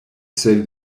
celle